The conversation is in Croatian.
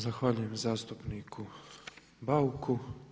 Zahvaljujem zastupniku Bauku.